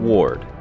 Ward